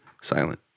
silent